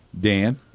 Dan